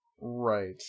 Right